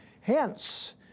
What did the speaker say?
Hence